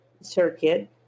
circuit